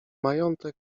majątek